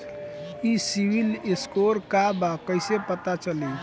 ई civil score का बा कइसे पता चली?